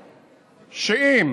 הבינו שאם